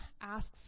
asks